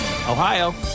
Ohio